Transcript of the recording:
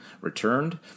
returned